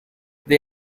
they